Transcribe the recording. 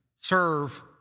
serve